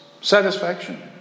Satisfaction